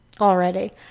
Already